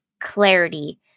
clarity